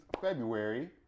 February